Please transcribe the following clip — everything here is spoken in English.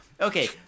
Okay